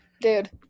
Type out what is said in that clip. dude